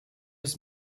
ist